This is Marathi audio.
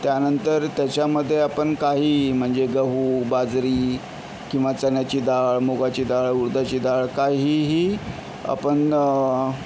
त्यानंतर त्याच्यामध्ये आपण काही म्हणजे गहू बाजरी किंवा चण्याची डाळ मुगाची डाळ उडदाची डाळ काहीही आपण